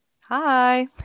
hi